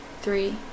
three